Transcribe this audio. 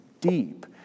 deep